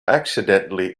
accidentally